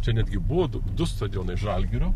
čia netgi buvo du stadionai žalgirio